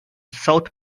south